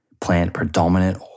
plant-predominant